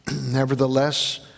nevertheless